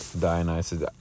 dionysus